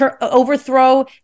overthrow